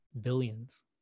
Billions